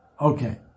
Okay